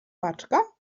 paczka